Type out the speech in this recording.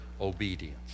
obedience